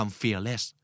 fearless